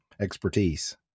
expertise